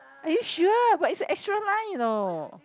are you sure but it's a extra line you know